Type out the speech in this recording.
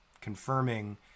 confirming